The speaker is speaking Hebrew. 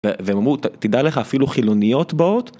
והם אמרו, תדע לך אפילו חילוניות באות.